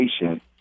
patient